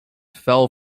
fell